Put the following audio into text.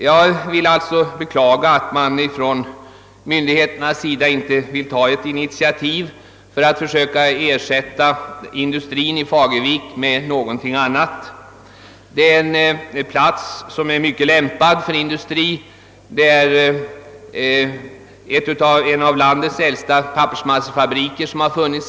Jag beklagar alltså att man från myndigheternas sida inte vill ta ett initiativ för att försöka ersätta industrien i Fagervik med någonting annat. Platsen är väl lämpad för industri. Där har funnits en av landets äldsta pappersmassefabriker.